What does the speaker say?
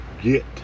get